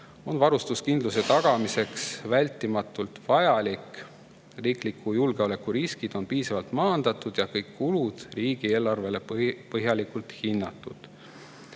on varustuskindluse tagamiseks vältimatult vajalik, riikliku julgeoleku riske on piisavalt maandatud ja kõiki kulusid riigieelarvele põhjalikult hinnatud.